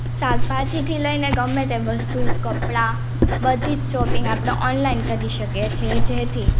શાકભાજીથી લઈને ગમે તે વસ્તુ કપડાં બધી જ શોપિંગ આપણે ઓનલાઈન કરી શકીએ છીએ જેથી